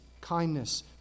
kindness